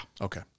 Okay